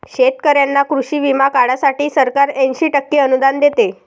शेतकऱ्यांना कृषी विमा काढण्यासाठी सरकार ऐंशी टक्के अनुदान देते